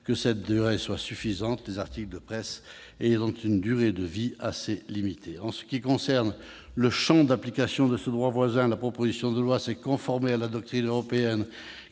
que ce laps de temps soit suffisant, les articles de presse ayant une durée de vie assez limitée. En ce qui concerne le champ d'application de ce droit voisin, la proposition de loi s'est conformée à la doctrine européenne